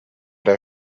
der